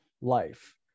life